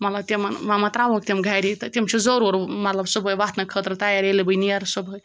مطلب تِمَن وَما ترٛاہوکھ تِم گَری تہٕ تِم چھِ ضروٗر مطلب صُبحٲے وۄتھنہٕ خٲطرٕ تیار ییٚلہِ بہٕ نیرٕ صُبحٲے